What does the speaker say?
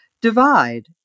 divide